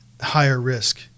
higher-risk